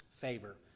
Favor